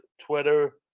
Twitter